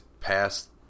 past